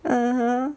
(uh huh)